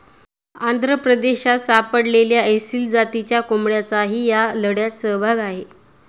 आंध्र प्रदेशात सापडलेल्या एसील जातीच्या कोंबड्यांचाही या लढ्यात सहभाग आहे